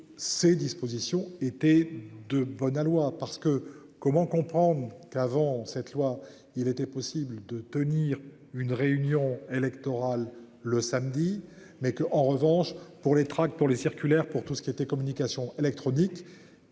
ces dispositions étaient de bon aloi. Parce que comment comprendre qu'avant cette loi, il était possible de tenir une réunion électorale le samedi mais que, en revanche pour les tracts pour les circulaires pour tout ce qui était communication électronique.